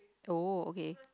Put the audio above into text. oh okay